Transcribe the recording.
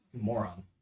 Moron